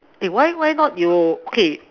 eh why why not you okay